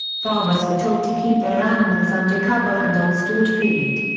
farmers were told to keep their animals under cover and on stored feed.